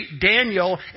Daniel